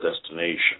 destination